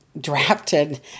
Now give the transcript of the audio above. drafted